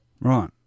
right